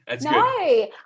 No